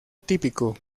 típico